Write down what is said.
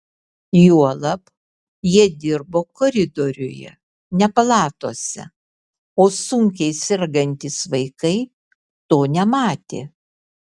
juolab jie dirbo koridoriuje ne palatose o sunkiai sergantys vaikai to nematė